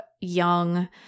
young